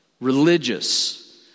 religious